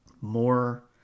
more